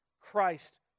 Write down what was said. Christ